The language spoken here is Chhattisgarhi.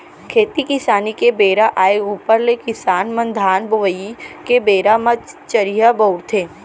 खेती किसानी के बेरा आय ऊपर ले किसान मन धान बोवई के बेरा म चरिहा बउरथे